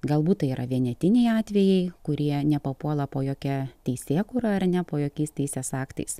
galbūt tai yra vienetiniai atvejai kurie nepapuola po jokia teisėkūra ar ne po jokiais teisės aktais